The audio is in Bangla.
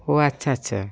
ও আচ্ছা আচ্ছা